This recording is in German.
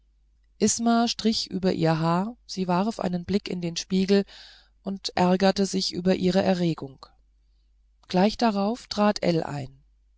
isma strich über ihr haar sie warf einen blick in den spiegel und ärgerte sich über ihre erregung gleich darauf trat ell ein